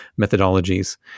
methodologies